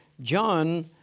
John